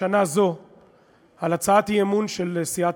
שנה זו להשיב בשם הממשלה על הצעת אי-אמון של סיעת